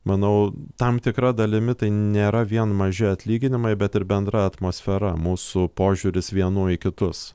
manau tam tikra dalimi tai nėra vien maži atlyginimai bet ir bendra atmosfera mūsų požiūris vienų į kitus